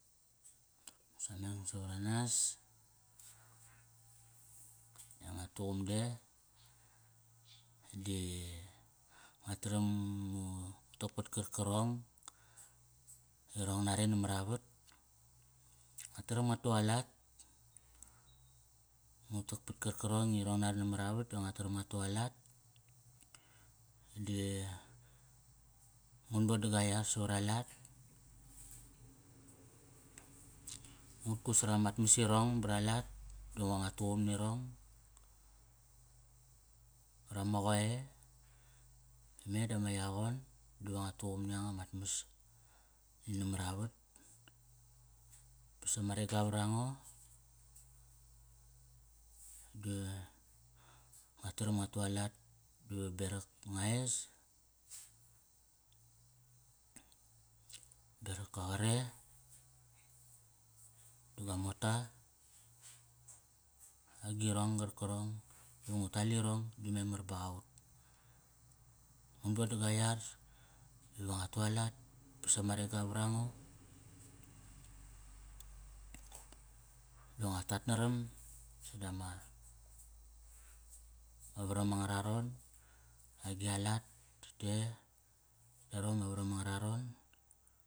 Ngu sameng savaranas, i nga tuqum de di nga taram ngu tak pat karkarong, irong nare namar avat. Nga taram ngua tu alat, ngu tak pat karkirong i irong nare nava vat. Da nga taram nga taram nga tu alat. Di ngun boda gua yar sa var a lat. Ngut kut sara mat mas irong bralat dava ngua tuqum nirong. Vra ma qoe me da ma yaqon diva ngua tuqum ni yanga mat mas namar avat. Pasama rega vra ngo di nga taram ngua tu alat diva berak ngua es, berak kua qare da gua mota. Agirong qarkirong i ngu tal irong di memar baqa ut. Ngun boda gua yar, iva ngua tu alat, pas sama rega vra ngo, da ngua tat naram dama varam angararon. Agi a lat tade yarom ama varam angararon.